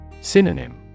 Synonym